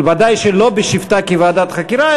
ודאי שלא בשבתה כוועדת חקירה,